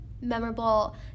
memorable